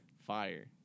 Fire